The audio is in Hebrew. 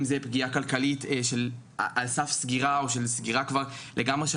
אם זה פגיעה כלכלית של על סף סגירה או של סגירה לגמרי של